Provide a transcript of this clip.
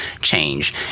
change